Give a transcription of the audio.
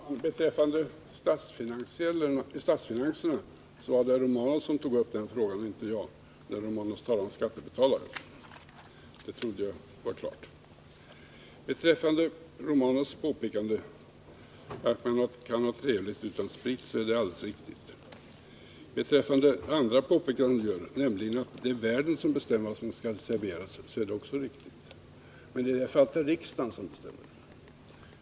Herr talman! Beträffande statsfinanserna så var det inte jag utan herr Alkoholpolitik Romanus som tog upp den frågan, när han talade om skattebetalare. Det och missbruksvård trodde jag var klart. Herr Romanus påpekande att man kan ha trevligt utan sprit är helt riktigt. Det andra påpekandet som herr Romanus gjorde, nämligen att det är värden som bestämmer vad som serveras, är också riktigt. Men i detta fall är det riksdagen som bestämmer.